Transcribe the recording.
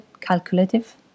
calculative